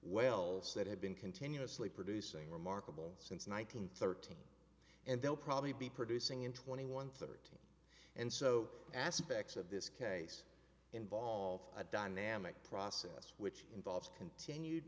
wells that have been continuously producing remarkable since one thousand thirteen and they'll probably be producing in twenty one thirty and so aspects of this case involve a dynamic process which involves continued